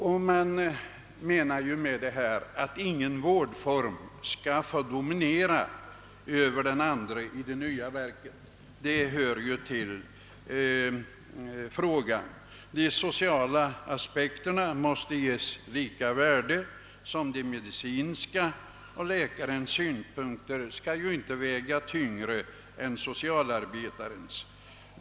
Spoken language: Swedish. Avsikten är att ingen av de båda vårdformerna skall få dominera över den andra i det nya verket. De sociala aspekterna måste tillmätas samma värde som de medicinska, läkarens synpunkter skall inte väga tyngre än socialarbetarens.